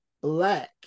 black